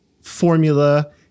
formula